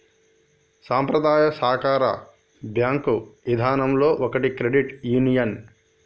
సంప్రదాయ సాకార బేంకు ఇదానంలో ఒకటి క్రెడిట్ యూనియన్